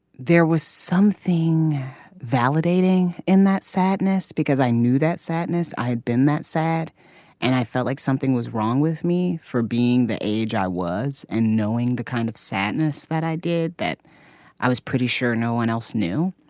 there was something validating in that sadness because i knew that sadness i had been that sad and i felt like something was wrong with me for being the age i was and knowing the kind of sadness that i did that i was pretty sure no one else knew.